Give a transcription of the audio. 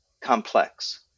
complex